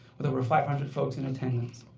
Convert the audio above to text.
with over five hundred folks in attendance.